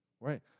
right